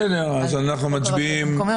על הנוסח,